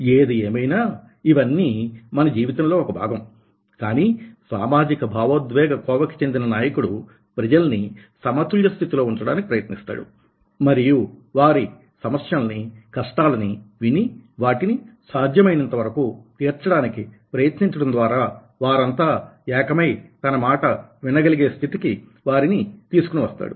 ఏదేమైనా ఇవన్నీ మన జీవితంలో ఒక భాగం కానీ సామాజిక భావోద్వేగ కోవకి చెందిన నాయకుడు ప్రజలని సమతుల్య స్థితిలో ఉంచడానికి ప్రయత్నిస్తాడు మరియు వారి సమస్యలనీ కష్టాలనీ విని వాటిని సాధ్యమైనంత వరకూ తీర్చడానికి ప్రయత్నించడం ద్వారా వారంతా ఏకమై తన మాట వినగలిగే స్థితికి వారిని తీసుకుని వస్తాడు